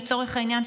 לצורך העניין,